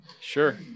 Sure